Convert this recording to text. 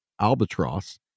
albatross